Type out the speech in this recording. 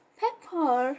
pepper